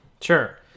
Sure